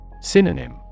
Synonym